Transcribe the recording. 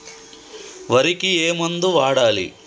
వరికి ఏ మందు వాడాలి?